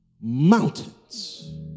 mountains